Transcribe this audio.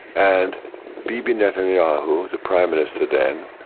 and b. b. netanyahu the prime minister then,